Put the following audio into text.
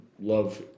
love